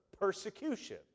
persecution